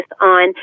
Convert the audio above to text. on